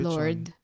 Lord